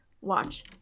watch